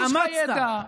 התאמצת.